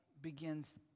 begins